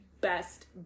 best